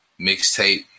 mixtape